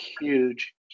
huge